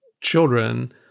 children